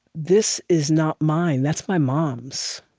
this is not mine that's my mom's.